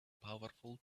powerful